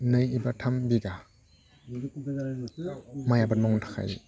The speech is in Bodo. नै एबा थाम बिगा माइ आबाद मावनो थाखाय